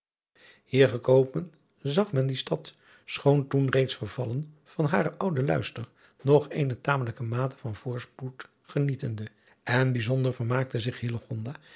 ier gekomen zag men die stad schoon toen reeds vervallen van haren ouden luister nog eene tamelijke mate van voorspoed genietende en bijzonder vermaakte zich